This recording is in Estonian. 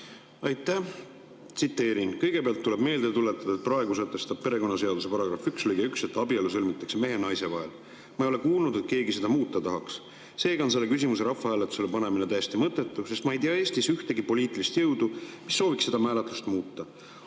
Aitäh! Tsiteerin: "Kõigepealt tuleb meelde tuletada, et praegu sätestab perekonnaseaduse § 1 lõige 1, et abielu sõlmitakse mehe ja naise vahel. Ma ei ole kuulnud, et keegi seda muuta tahaks. Seega on selle küsimuse rahvahääletusele panemine täiesti mõttetu, sest ma ei tea Eestis ühtegi poliitilist jõudu, mis sooviks seda määratlust muuta.